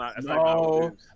No